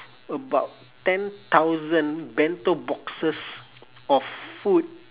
about ten thousand bento boxes of food